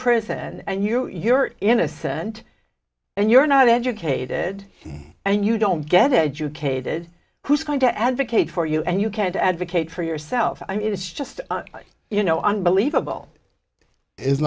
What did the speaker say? prison and you're innocent and you're not educated and you don't get educated who's going to advocate for you and you can't advocate for yourself i mean it's just you know unbelievable i